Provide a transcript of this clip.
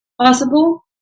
possible